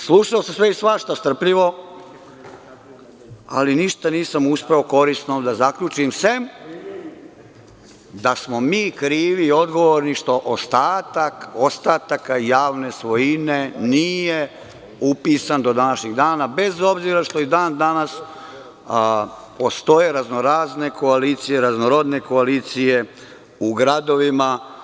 Strpljivo sam slušao sve i svašta, ali ništa nisam uspeo korisno da zaključim, sem da smo mi krivi i odgovorni što ostatak ostatak javne svojine nije upisan do današnjeg dana, bez obzira što i dan danas postoje raznorazne koalicije, raznorodne koalicije u gradovima.